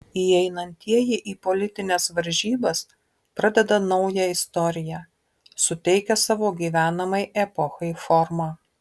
įeinantieji į politines varžybas pradeda naują istoriją suteikia savo gyvenamai epochai formą